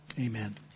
Amen